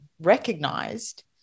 recognized